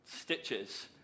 stitches